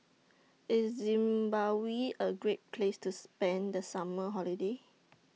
IS Zimbabwe A Great Place to spend The Summer Holiday